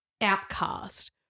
outcast